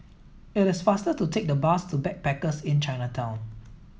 it is faster to take the bus to Backpackers Inn Chinatown